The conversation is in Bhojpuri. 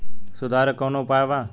सुधार के कौनोउपाय वा?